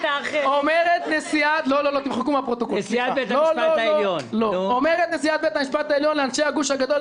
אומרת נשיאת בית המשפט העליון לאנשי הגוש הגדול,